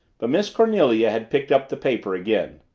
but miss cornelia had picked up the paper again.